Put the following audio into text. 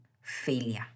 failure